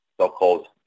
so-called